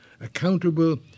accountable